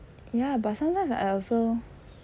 ya but sometimes I also